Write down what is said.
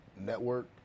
network